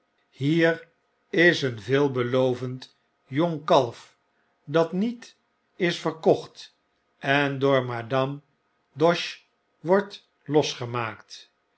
hier is een veelbelovend jong kalf dat niet is verkocht en door madame doche wordt losgemaakt